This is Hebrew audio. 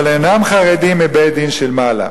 אבל אינם חרדים מבית-דין של מעלה.